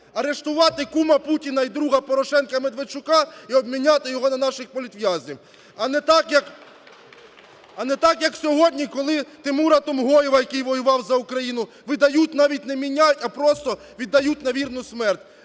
арештувати кума Путіна і друга Порошенка Медведчука і обміняти його на наших політв'язнів. (Оплески) А не так, як… а не так, як сьогодні, коли Тимура Тумгоєва, який воював за Україну, видають, навіть не міняють, а просто віддають на вірну смерть.